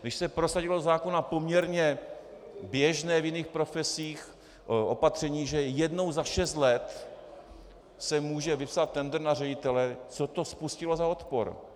Když se prosadilo do zákona opatření poměrně běžné v jiných profesích, opatření, že jednou za šest let se může vypsat tendr na ředitele, co to spustilo za odpor!